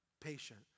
patient